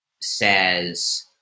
says